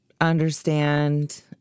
understand